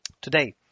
Today